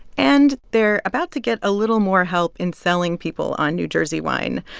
and they're about to get a little more help in selling people on new jersey wine.